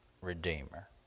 redeemer